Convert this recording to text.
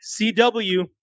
CW